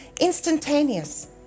instantaneous